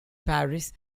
paris